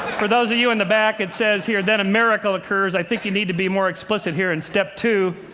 for those of you in the back, it says here then a miracle occurs. i think you need to be more explicit here in step two.